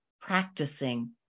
practicing